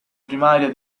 primaria